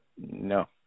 no